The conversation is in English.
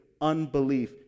unbelief